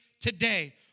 today